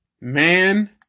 man